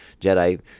Jedi